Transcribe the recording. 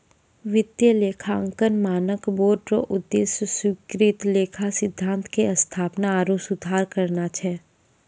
वित्तीय लेखांकन मानक बोर्ड रो उद्देश्य स्वीकृत लेखा सिद्धान्त के स्थापना आरु सुधार करना छै